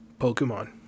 Pokemon